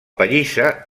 pallissa